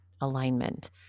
alignment